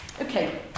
Okay